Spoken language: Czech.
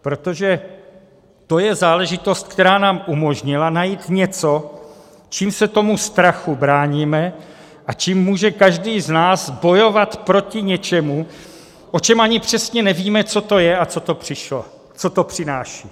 Protože to je záležitost, která nám umožnila najít něco, čím se tomu strachu bráníme a čím může každý z nás bojovat proti něčemu, o čem ani přesně nevíme, co to je a co to přináší.